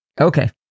Okay